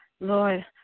Lord